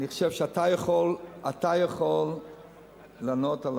אני חושב שאתה יכול לענות על